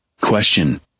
Question